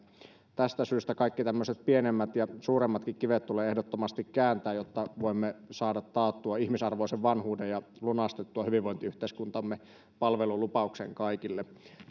tästä syystä kaikki tämmöiset pienemmät ja suuremmatkin kivet tulee ehdottomasti kääntää jotta voimme saada taattua ihmisarvoisen vanhuuden ja lunastettua hyvinvointiyhteiskuntamme palvelulupauksen kaikille